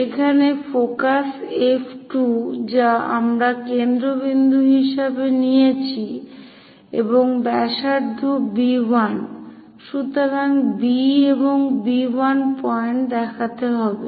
এখানে focus F2 যা আমরা কেন্দ্রবিন্দু হিসেবে নিয়েছে এবং ব্যাসার্ধ B1 সুতরাং B এবং B1 পয়েন্ট দেখাতে হবে